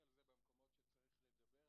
י"ט בכסלו תשע"ט,